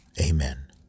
Amen